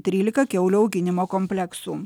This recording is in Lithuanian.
trylika kiaulių auginimo kompleksų